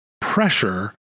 pressure